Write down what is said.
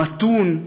מתון,